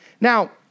Now